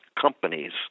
companies